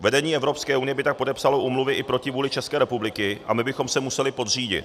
Vedení Evropské unie by tak podepsalo úmluvy i proti vůli České republiky a my bychom se museli podřídit.